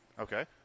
Okay